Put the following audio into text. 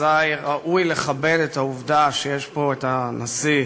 אזי ראוי לכבד את העובדה שנמצאים פה הנשיא,